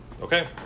Okay